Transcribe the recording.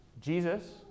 Jesus